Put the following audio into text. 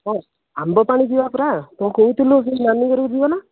ହଁ ଆମ୍ବପାଣି ଯିବା ପରା କ'ଣ କହୁଥିଲୁ ଟିକେ ନାନୀ ଘର କୁ ଯିବା ନା